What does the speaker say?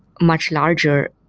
much larger.